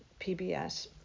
PBS